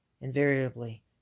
invariably